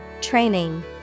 Training